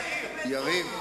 רבים אפילו בירדן.